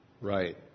Right